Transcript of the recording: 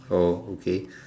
oh okay